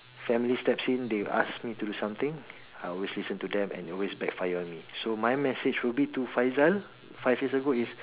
family steps in they ask me to do something I always listen to them and it always backfire on me so my message would be to Faizal five years ago is